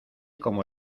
como